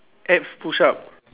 abs push-up